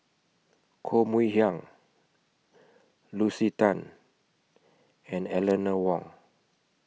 Koh Mui Hiang Julie Lucy Tan and Eleanor Wong